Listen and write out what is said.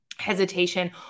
hesitation